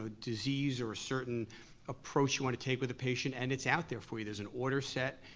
ah disease or a certain approach you wanna take with a patient, and it's out there for you. there's an order set,